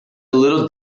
little